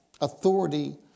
authority